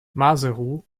maseru